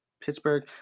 Pittsburgh